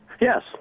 Yes